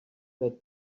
that